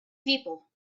people